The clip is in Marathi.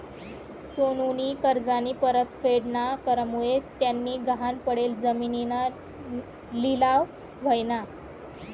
सोनूनी कर्जनी परतफेड ना करामुये त्यानी गहाण पडेल जिमीनना लिलाव व्हयना